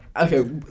okay